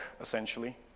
essentially